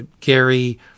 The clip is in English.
Gary